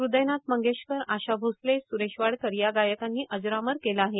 हृदयनाथ मंगेशकर आशा भोसले स्रेश वाडकर या गायकांनी अजरामर केलं आहे